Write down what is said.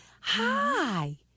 Hi